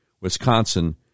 Wisconsin